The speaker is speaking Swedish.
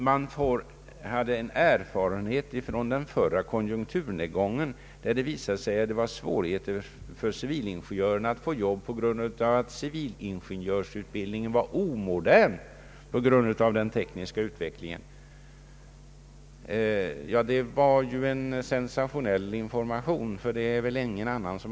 Han hävdade att erfarenheten från konjunkturnedgången visade att det var svårt för civilingenjörer att få jobb på grund av att deras utbildning var omodern i förhållande till den tekniska utvecklingen. Det var en sensationell information — ingen annan har väl uppfattat saken så.